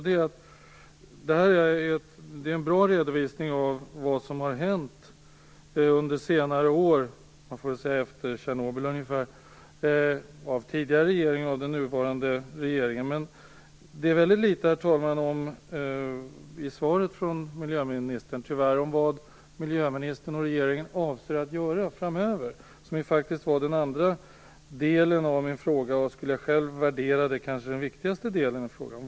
Det är en bra redovisning av vad som har gjorts under senare år, ungefär efter Tjernobyl, av tidigare regeringar och den nuvarande regeringen. Men det är väldigt litet i svaret om vad miljöministern och regeringen avser att göra framöver, som faktiskt var den andra delen av min fråga och som jag själv skulle värdera som den viktigaste delen.